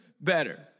better